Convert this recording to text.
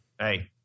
hey